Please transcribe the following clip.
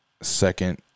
second